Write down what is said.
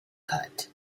cut